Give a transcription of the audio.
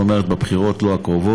זאת אומרת לא בבחירות הקרובות